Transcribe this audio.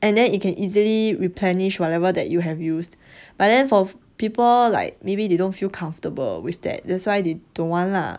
and then it can easily replenish whatever that you have used but then for people like maybe they don't feel comfortable with that that's why they don't want lah